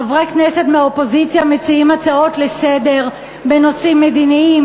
חברי כנסת מהאופוזיציה מציעים הצעות לסדר-היום בנושאים מדיניים,